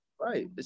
right